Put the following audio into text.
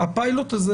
הפילוט הזה